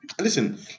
listen